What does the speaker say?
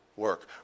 work